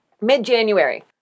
mid-January